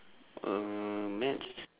uh maths